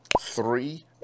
three